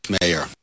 mayor